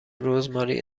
رزماری